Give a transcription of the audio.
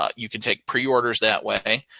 ah you can take pre-orders that way,